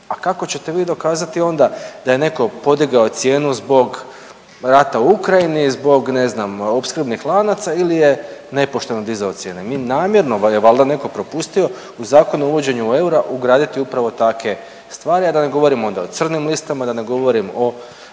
a kako ćete vi dokazati onda da je neko podigao cijenu zbog rata u Ukrajini, zbog ne znam opskrbnih lanaca ili je nepošteno dizao cijenu, mi namjerno valjda je netko propustio u Zakon o uvođenju eura ugraditi upravo takve stvari, a da ne govorim onda o crnim listama, da ne govorim o